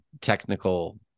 technical